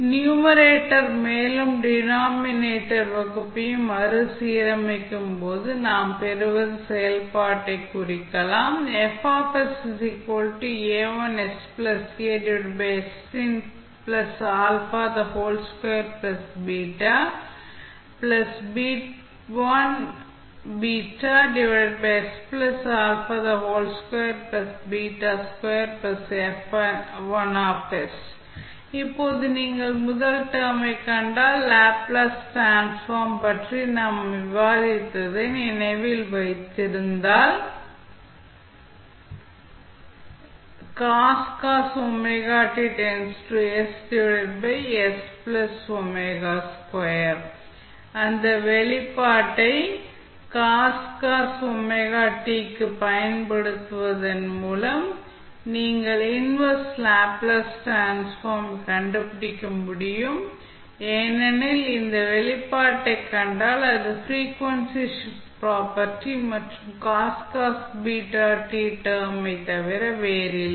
numerator மேலும் denominator வகுப்பையும் மறுசீரமைக்கும்போது நாம் பெறுவது செயல்பாட்டைக் குறிக்கலாம் இப்போது நீங்கள் முதல் டெர்ம் ஐ கண்டால் லேப்ளேஸ் டிரான்ஸ்ஃபார்ம் பற்றி நாம் விவாதித்ததை நினைவில் வைத்திருந்தால் அந்த வெளிப்பாட்டை க்குப் பயன்படுத்துவதன் மூலம் நீங்கள் இன்வெர்ஸ் லேப்ளேஸ் டிரான்ஸ்ஃபார்ம் கண்டுபிடிக்க முடியும் ஏனெனில் இந்த வெளிப்பாட்டை கண்டால் இது ஃப்ரீக்வன்சி ஷிப்ட் ப்ராப்பர்ட்டி மற்றும் டெர்ம் ஐ தவிர வேறில்லை